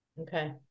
okay